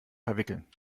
verwickeln